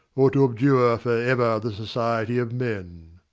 or to abjure for ever the society of men.